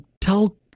tell